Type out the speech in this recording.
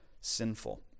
sinful